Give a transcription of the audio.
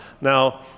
Now